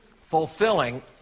fulfilling